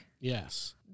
Yes